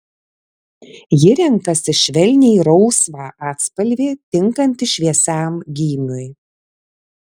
ji renkasi švelniai rausvą atspalvį tinkantį šviesiam gymiui